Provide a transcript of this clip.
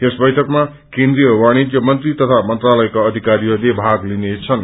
यस बैठकमा केन्द्रिय वाणिज्य मंत्री तथा मंत्रालयका अधिकारीहरूले भाग लिनेछन्